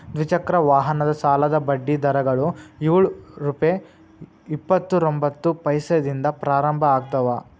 ದ್ವಿಚಕ್ರ ವಾಹನದ ಸಾಲದ ಬಡ್ಡಿ ದರಗಳು ಯೊಳ್ ರುಪೆ ಇಪ್ಪತ್ತರೊಬಂತ್ತ ಪೈಸೆದಿಂದ ಪ್ರಾರಂಭ ಆಗ್ತಾವ